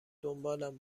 دنبالم